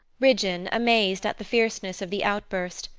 ridgeon, amazed at the fierceness of the outburst,